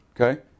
Okay